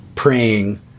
praying